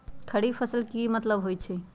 खरीफ फसल के की मतलब होइ छइ?